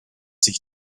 sich